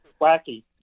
wacky